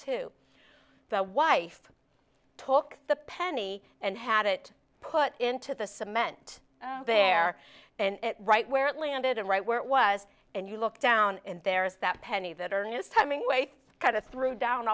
to the wife talk the penny and had it put into the cement there and right where it landed right where it was and you look down and there is that penny that ernest hemingway kind of threw down